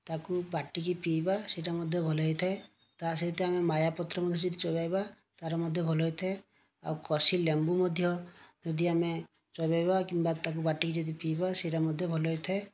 ତାକୁ ବାଟିକି ପିଇବା ସେଇଟା ମଧ୍ୟ ଭଲ ହୋଇଥାଏ ତା' ସହିତ ଆମେ ମାୟା ପତ୍ର ମଧ୍ୟ ଯଦି ଚୋବାଇବା ତା'ର ମଧ୍ୟ ଭଲ ହୋଇଥାଏ ଆଉ କଷି ଲେମ୍ବୁ ମଧ୍ୟ ଯଦି ଆମେ ଚୋବାଇବା କିମ୍ବା ତାକୁ ବାଟିକି ଯଦି ପିଇବା ସେଇଟା ମଧ୍ୟ ଭଲ ହୋଇଥାଏ